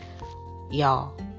Y'all